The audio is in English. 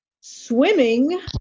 swimming